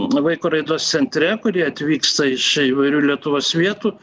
vaiko raidos centre kurie atvyksta iš įvairių lietuvos vietų